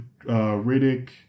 Riddick